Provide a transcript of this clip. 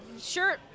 sure